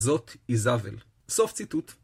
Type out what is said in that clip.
זאת עיזבל. סוף ציטוט.